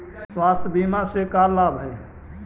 स्वास्थ्य बीमा से का लाभ है?